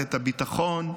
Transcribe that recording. למערכת הביטחון.